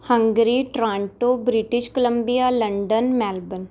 Hungary Toronto British Columbia London Melbourne